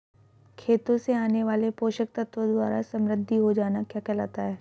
खेतों से आने वाले पोषक तत्वों द्वारा समृद्धि हो जाना क्या कहलाता है?